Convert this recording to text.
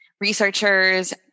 researchers